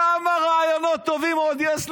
כמה רעיונות טובים עוד יש לך?